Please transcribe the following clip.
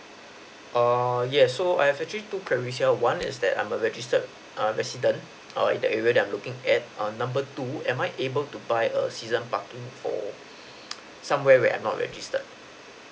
err yes so I have actually two question one is that I'm a registered err residence err in that area that I'm looking at err number two am I able to buy a season parking for somewhere that I'm not registered